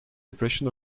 depression